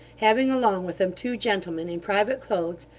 having along with them two gentlemen in private clothes,